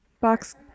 box